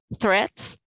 threats